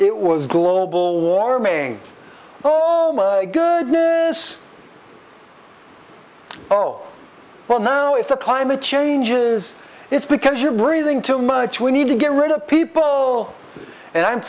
it was global warming oh my goodness oh well now it's the climate changes it's because you're breathing too much we need to get rid of people oh and i'm